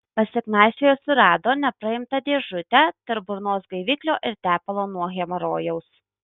pasiknaisiojęs surado nepraimtą dėžutę tarp burnos gaiviklio ir tepalo nuo hemorojaus